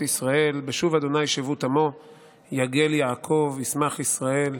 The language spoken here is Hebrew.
ישראל בשוב ה' שבות עמו יגל יעקב ישמח ישראל".